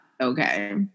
okay